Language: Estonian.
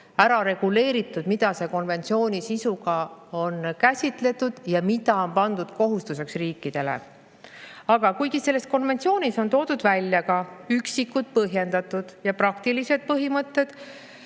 täpselt see kõik, mida konventsiooni sisus on käsitletud ja mis on pandud kohustuseks riikidele. Aga kuigi selles konventsioonis on toodud välja ka üksikud põhjendatud ja praktilised põhimõtted,